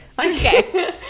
Okay